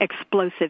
explosive